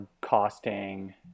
costing